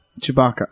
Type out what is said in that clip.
Chewbacca